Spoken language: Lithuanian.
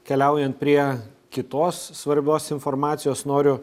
keliaujant prie kitos svarbos informacijos noriu